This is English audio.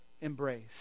embrace